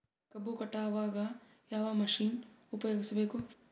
ಕಬ್ಬು ಕಟಾವಗ ಯಾವ ಮಷಿನ್ ಉಪಯೋಗಿಸಬೇಕು?